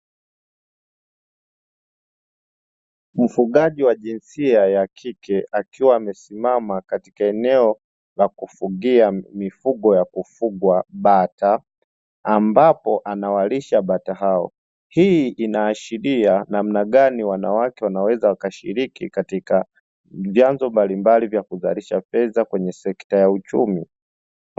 Mfugaji wa jinsia ya kike akiwa amesimama katika eneo la kufugia mifugo ya kufugwa bata, ambapo anawalisha bata hao hii inaashiria namna gani wanawake wanaweza wakashiriki katika vyanzo mbali mbali vya kuzalisha fedha kwenye sekta ya uchumi.